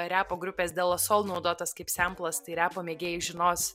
repo grupės dela sol naudotas kaip semplas tai repo mėgėjai žinos